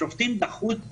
השופטים דחו את עתירה,